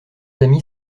amis